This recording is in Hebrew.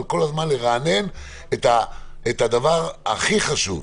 כל הזמן לרענן את הדבר הכי חשוב,